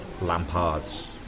Lampard's